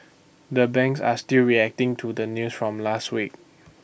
the banks are still reacting to the news from last week